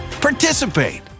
participate